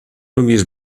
lubisz